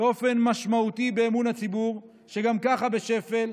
באופן משמעותי באמון הציבור, שגם ככה בשפל.